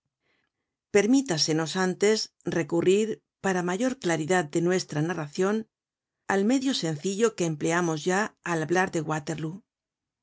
luz permítasenos antes recurrir para mayor claridad de nuestra narracion al medio sencillo que empleamos ya al hablar de waterlóo